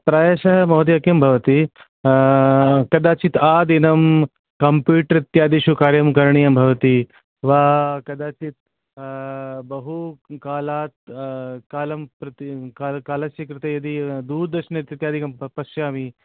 प्रायशः महोदयः किं भवति कदाचित् आदिनं कम्प्युटर् इत्यादिषु कार्यं करणीयं भवति वा कदाचित् बहुकालात् कालं प्रति कालस्य कृते यदि दूरदर्शनम् इत्यादिकं पश्यमि